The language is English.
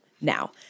now